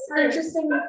interesting